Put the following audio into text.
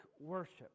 worship